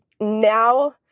now